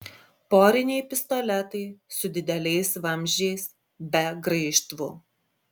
poriniai pistoletai su dideliais vamzdžiais be graižtvų